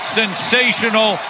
sensational